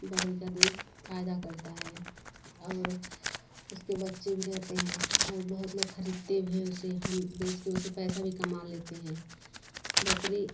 बकरी का दूध फायदा करता है और उसके बच्चे भी रेहते हैं और बहुत लोग खरीदते भी हैं उसे हम बेच के उससे पैसा भी कमा लेते हैं बकरी